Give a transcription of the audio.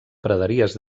praderies